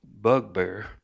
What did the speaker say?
bugbear